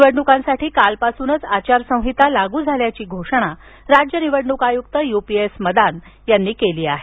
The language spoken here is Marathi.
निवडणुकांसाठी कालपासूनच आचारसंहिता लागू झाल्याची घोषणा राज्य निवडणूक आयुक्त युपीएस मदान यांनी केली आहे